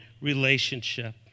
relationship